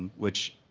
which